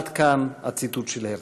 עד כאן הציטוט של הרצל.